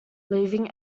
leaving